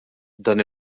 dan